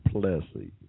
Plessy